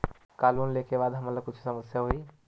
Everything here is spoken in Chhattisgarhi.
का लोन ले के बाद हमन ला कुछु समस्या होही?